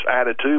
attitude